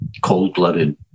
cold-blooded